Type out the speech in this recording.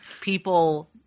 people